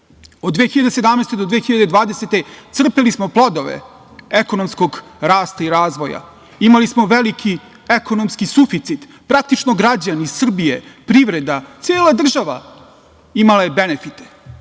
Od 2017. do 2020. godine crpeli smo plodove ekonomskog rasta i razvoja, imali smo veliki ekonomski suficit. Praktično, građani Srbije, privreda, cela država imala je benefite.